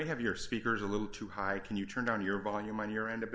may have your speakers a little too high can you turn on your volume on your end